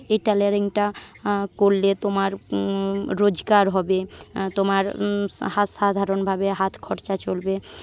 এই টেলারিংটা করলে তোমার রোজগার হবে তোমার সা সাধারণভাবে হাতখরচা চলবে